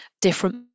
different